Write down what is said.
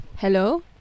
Hello